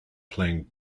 playing